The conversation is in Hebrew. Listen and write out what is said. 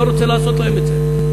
אני לא רוצה לעשות להם את זה.